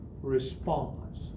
response